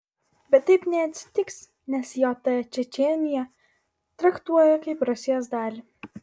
bet taip neatsitiks nes jt čečėniją traktuoja kaip rusijos dalį